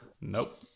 Nope